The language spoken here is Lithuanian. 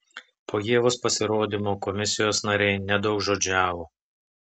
po ievos pasirodymo komisijos nariai nedaugžodžiavo